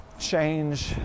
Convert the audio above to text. Change